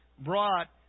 brought